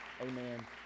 amen